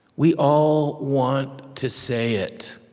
we all want to say it.